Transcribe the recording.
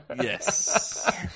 Yes